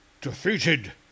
defeated